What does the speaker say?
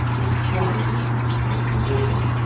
which thrive in the country's coastal waters.